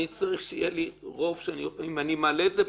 אני צריך שיהיה לי רוב אם אני מעלה את זה פה.